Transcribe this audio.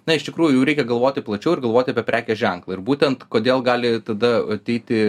na iš tikrųjų jau reikia galvoti plačiau ir galvoti apie prekės ženklą ir būtent kodėl gali tada ateiti